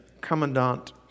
Commandant